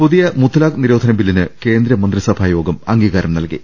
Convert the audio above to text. പുതിയ മുത്തലാഖ് നിരോധന ബില്ലിന് കേന്ദ്രമന്ത്രിസഭായോഗം അംഗീകാരം നൽകി